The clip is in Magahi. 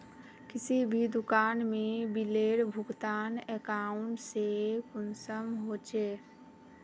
किसी भी दुकान में बिलेर भुगतान अकाउंट से कुंसम होचे?